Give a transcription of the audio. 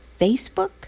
Facebook